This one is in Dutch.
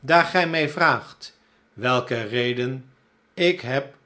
daar gij mij vraagt welke reden ik heb